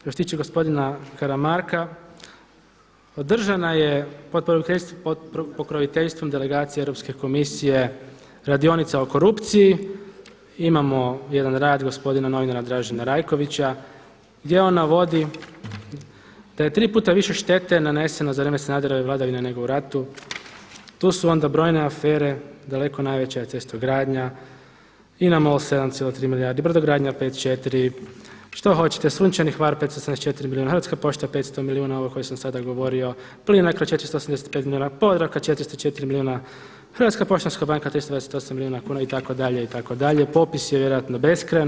Što se tiče gospodina Karamarka održana je pod pokroviteljstvom delegacije Europske komisije radionica o korupciji, imamo jedan rad gospodina novinara Dražena Rajkovića gdje on navodi da je tri puta više štete naneseno za vrijeme Sanaderove vladavine nego u ratu, tu su onda brojne afere, daleko najveća je cestogradnja, INA MOL 7,3 milijarde, brodogradnja 5,4, što hoćete, Sunčani Hvar 574 milijuna, Hrvatska pošta 500 milijuna ova o kojoj sam sada govorio, Plinacro 485 milijuna, Podravka 404 milijuna, Hrvatska poštanska banka 328 milijuna kuna itd., popis je vjerojatno beskrajan.